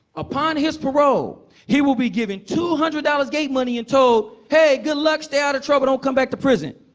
upon his parole, he will be given two hundred dollars gate money and told, hey, good luck, stay out of trouble. don't come back to prison.